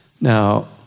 Now